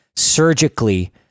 Surgically